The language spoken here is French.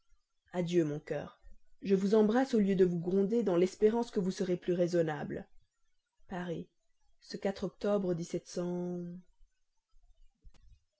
adieu mon cœur je vous embrasse au lieu de vous gronder dans l'espérance que vous serez plus raisonnable paris octobre